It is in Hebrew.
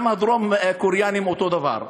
גם הדרום-קוריאנים אותו דבר.